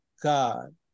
God